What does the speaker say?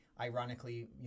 ironically